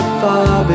far